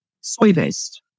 soy-based